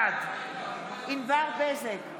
בעד ענבר בזק,